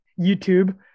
YouTube